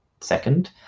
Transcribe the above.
second